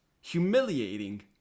Humiliating